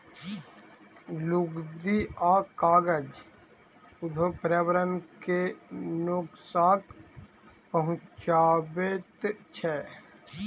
लुगदी आ कागज उद्योग पर्यावरण के नोकसान पहुँचाबैत छै